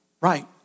right